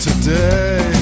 Today